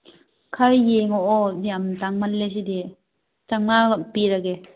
ꯈꯔ ꯌꯦꯡꯉꯛꯑꯣ ꯌꯥꯝ ꯇꯥꯡꯃꯜꯂꯦ ꯁꯤꯗꯤ ꯆꯥꯝꯃꯉꯥ ꯄꯤꯔꯒꯦ